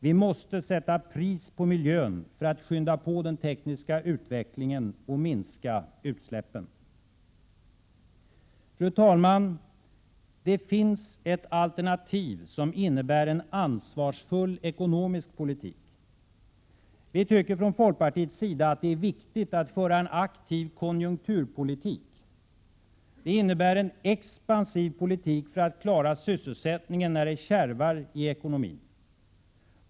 Vi måste sätta pris på miljön för att skynda på den tekniska utvecklingen och minska utsläppen. Fru talman! Det finns ett alternativ som innebär en ansvarsfull ekonomisk politik. Vi tycker från folkpartiets sida att det är viktigt att föra en aktiv konjunkturpolitik. Det innebär en expansiv politik för att klara sysselsättningen när det kärvar i ekonomin.